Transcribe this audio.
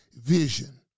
vision